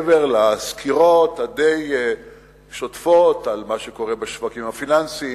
שמעבר לסקירות הדי-שוטפות על מה שקורה בשווקים הפיננסיים